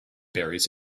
berries